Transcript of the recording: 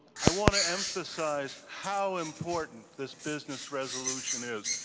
i want to emphasize how important this business resolution is.